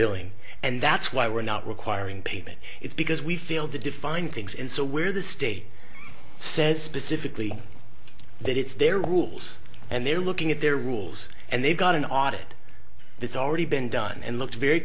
billing and that's why we're not requiring payment it's because we failed to define things and so where the state says specifically that it's their rules and they're looking at their rules and they've got an audit that's already been done and looked very